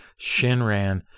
Shinran